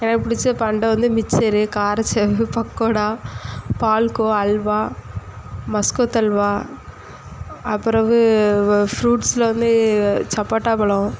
எனக்கு பிடிச்ச பண்டம் வந்து மிச்சரு காரச்சேவு பக்கோடா பால்கோ அல்வா மஸ்கோத் அல்வா அப்பிறகு ஃப்ரூட்ஸில் வந்து சப்போட்டா பழம்